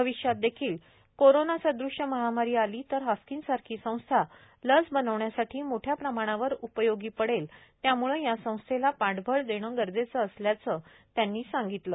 भविष्यात देखील कोरोना सदृष महामारी आली तर हाफकिन सारखी संस्था लस बनवण्यासाठी मोठ्या प्रमाणावर उपय़ोगी पडेल त्यामुळे या संस्थेला पाठबळ देणं गरजेचं असल्याकडे त्यांनी लक्ष वेधलं